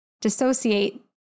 dissociate